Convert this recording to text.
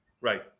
right